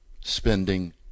Spending